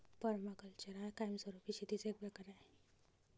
permaculture हा कायमस्वरूपी शेतीचा एक प्रकार आहे